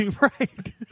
Right